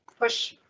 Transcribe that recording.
push